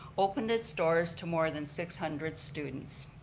opened its doors to more than six hundred students.